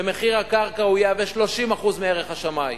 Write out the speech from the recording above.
שמחיר הקרקע יהיה 30% מערך השמאי,